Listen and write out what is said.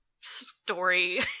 story